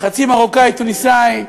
וחצי מרוקאי-תוניסאי,